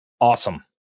awesome